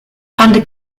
under